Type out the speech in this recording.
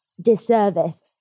disservice